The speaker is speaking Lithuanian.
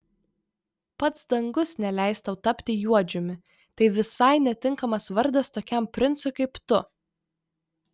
pats dangus neleis tau tapti juodžiumi tai visai netinkamas vardas tokiam princui kaip tu